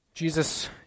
Jesus